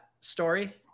story